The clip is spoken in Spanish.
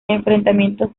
enfrentamiento